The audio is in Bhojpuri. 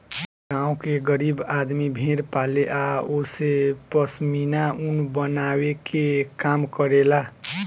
गांव के गरीब आदमी भेड़ पाले आ ओसे पश्मीना ऊन बनावे के काम करेला